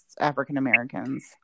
African-Americans